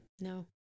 No